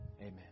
Amen